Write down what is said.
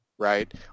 Right